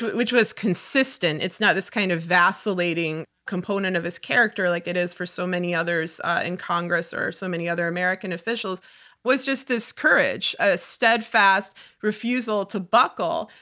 which was consistent it's not this kind of vacillating component of his character like it is for so many others in congress or so many other american officials was just this courage, a steadfast refusal to buckle,